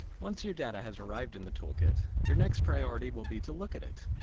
once your data has arrived in the toolkit, your next priority will be to look at it!